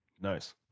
Nice